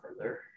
further